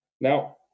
Now